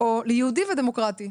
ליהודי ודמוקרטי.